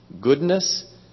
goodness